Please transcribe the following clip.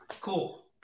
cool